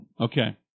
Okay